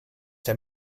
der